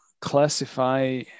classify